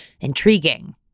Intriguing